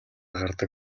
гардаг